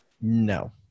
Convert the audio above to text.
No